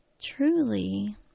truly